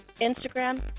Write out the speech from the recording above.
Instagram